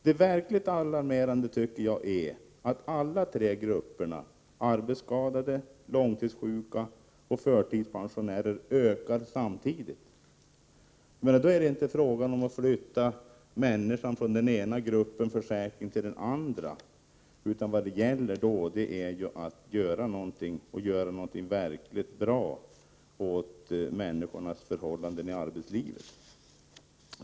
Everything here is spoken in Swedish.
Det verkligt alarmerande tycker jag är att alla tre grupperna — arbetsskadade, långtidssjuka och förtidspensionärer — ökar samtidigt. Då är det inte fråga om att flytta människan från den ena försäkringsgruppen till den andra, utan vad det gäller är att göra någonting verkligt bra åt människornas förhållanden i arbetslivet.